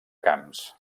camps